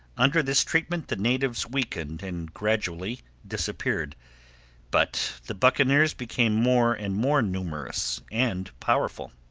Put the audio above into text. under this treatment the natives weakened and gradually disappeared but the buccaneers became more and more numerous and powerful.